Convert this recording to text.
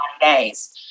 days